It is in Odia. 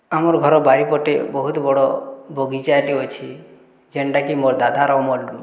ଆମର୍ ଘର ବାରିପଟେ ବହୁତ ବଡ ବଗିଚାଟେ ଅଛେ ଯେନ୍ଟାକି ମୋର୍ ଦାଦାର୍ ଅମଳ୍ରୁ